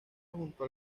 junto